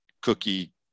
cookie